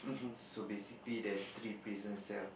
so basically there's three prison cell